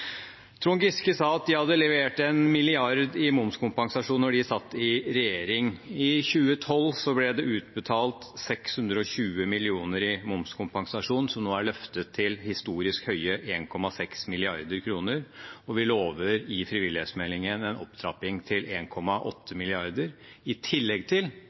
Trond Giske sa at de hadde levert en milliard i momskompensasjon da de satt i regjering. I 2012 ble det utbetalt 620 mill. kr i momskompensasjon, som nå er løftet til historisk høye 1,6 mrd. kr, og vi lover i frivillighetsmeldingen en opptrapping til 1,8 mrd. kr. I tillegg